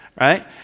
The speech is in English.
Right